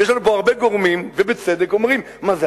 ויש לנו פה הרבה גורמים שבצדק אומרים: מה זה,